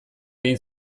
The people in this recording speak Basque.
egin